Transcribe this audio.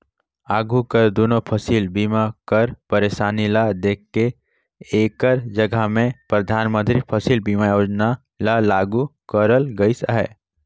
आघु कर दुनो फसिल बीमा कर पइरसानी ल देख के एकर जगहा में परधानमंतरी फसिल बीमा योजना ल लागू करल गइस अहे